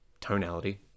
tonality